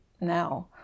now